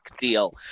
deal